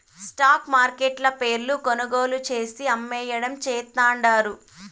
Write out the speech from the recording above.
stock మార్కెట్ల షేర్లు కొనుగోలు చేసి, అమ్మేయడం చేస్తండారు